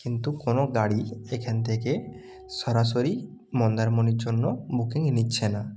কিন্তু কোনো গাড়ি এখান থেকে সরাসরি মন্দারমণির জন্য বুকিং নিচ্ছে না